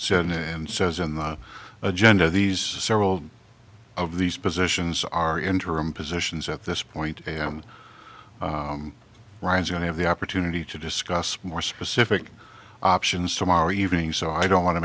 said and says in the agenda these several of these positions are interim positions at this point am ryans i have the opportunity to discuss more specific options tomorrow evening so i don't want to